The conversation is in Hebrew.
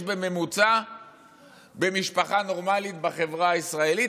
בממוצע במשפחה נורמלית בחברה הישראלית.